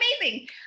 amazing